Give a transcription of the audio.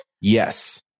Yes